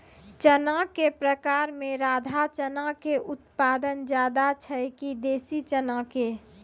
चना के प्रकार मे राधा चना के उत्पादन ज्यादा छै कि देसी चना के?